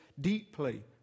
deeply